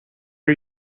are